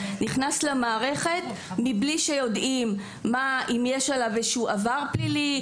נכנס למערכת מבלי שיודעים אם יש עליו איזשהו עבר פלילי.